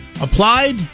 applied